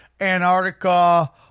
Antarctica